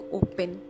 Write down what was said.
open